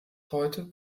heute